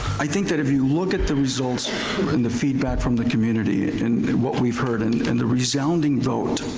i think that if you look at the results and the feedback from the community and what we've heard and and the resounding vote,